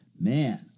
Man